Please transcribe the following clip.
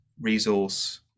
resource